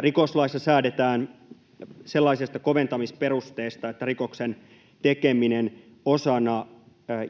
rikoslaissa säädetään sellaisesta koventamisperusteesta, että rikoksen tekeminen osana